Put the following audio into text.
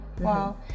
Wow